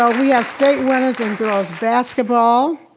ah we have state winner girls basketball,